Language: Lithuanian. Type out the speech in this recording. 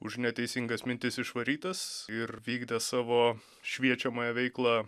už neteisingas mintis išvarytas ir vykdė savo šviečiamąją veiklą